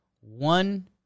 one